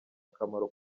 akamaro